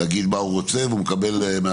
הלקוח יכול להגיד מה הוא רוצה, והוא מקבל מהבנקים